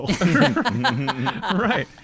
right